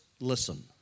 listen